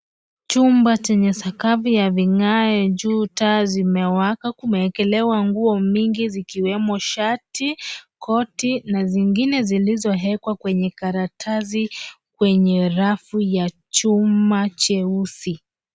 Chumba chenye sakafu ya vigae. Juu taa zimewaka. Kumeekelewa nguo nyingi ikiwemo shati, koti na zingine zilizowekwa kwenye karatasi kwenye rafu ya chuma cheusi.